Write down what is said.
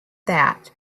that